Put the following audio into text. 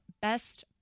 Best